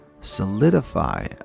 solidify